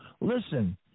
Listen